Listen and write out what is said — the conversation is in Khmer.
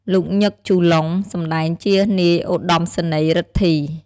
លោក ញឹក ជូឡុង សម្តែងជានាយឧត្តមសេនីយ៍រិទ្ធី។